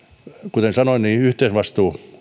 kuten sanoin yhteisvastuu